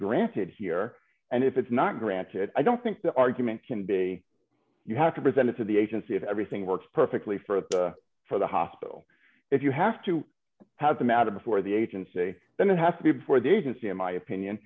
granted here and if it's not granted i don't think the argument can be you have to present it to the agency if everything works perfectly for for the hospital if you have to have them out of before the agency then it has to be before the agency in my opinion